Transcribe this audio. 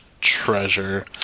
treasure